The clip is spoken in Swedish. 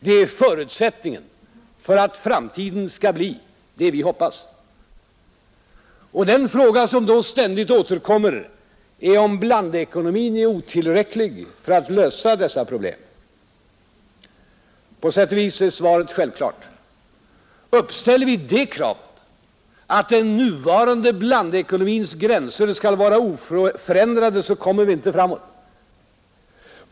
Det är förutsättningen för att framtiden skall bli det vi hoppas. Den fråga som då ständigt återkommer är om blandekonomin är otillräcklig för att lösa dessa problem. På sätt och vis är svaret självklart. Uppställer vi det kravet att den nuvarande blandekonomins gränser skall vara oförändrade så kommer vi inte framåt.